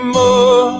more